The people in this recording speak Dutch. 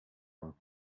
dan